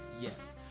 yes